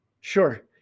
sure